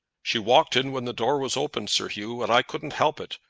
she walked in when the door was opened, sir hugh, and i couldn't help it.